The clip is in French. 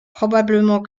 probablement